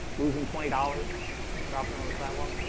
losing twenty dollars dropping them on the sidewalk